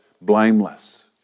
blameless